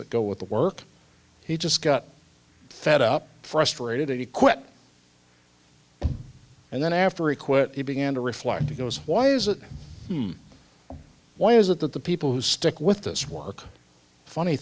that go with the work he just got fed up frustrated he quipped and then after he quit he began to reflect he goes why is that why is it that the people who stick with this work funny